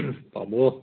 পাব